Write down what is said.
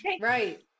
right